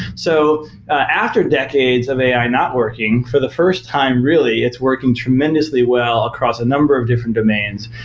so after decades of ai not working, for the first time, really, it's working tremendously well across a number of different domains.